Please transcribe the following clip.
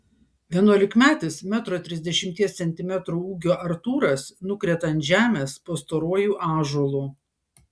vienuolikmetis metro trisdešimties centimetrų ūgio artūras nukrenta ant žemės po storuoju ąžuolu